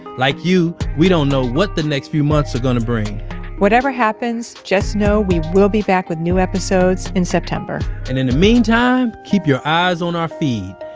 like you, we don't know what the next few months are going to bring whatever happens. just know, we will be back with new episodes in september and in the meantime, keep your eyes on our feed.